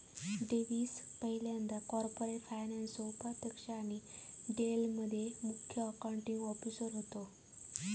Davis पयल्यांदा corporate फायनान्सचो उपाध्यक्ष आणि डेल मध्ये मुख्य अकाउंटींग ऑफिसर होते